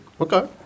Okay